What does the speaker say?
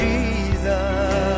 Jesus